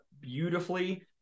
beautifully